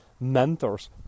mentors